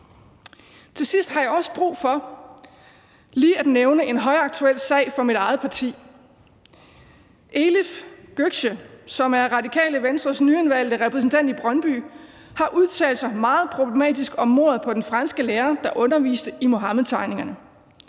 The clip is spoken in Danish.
Til sidst har jeg også brug for lige at nævne en højaktuel sag for mit eget parti. Elif Demir Gökce, som er Radikale Venstres nyindvalgte repræsentant i Brøndby, har udtalt sig meget problematisk om mordet på den franske lærer, der underviste i Muhammedtegningerne.